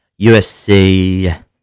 UFC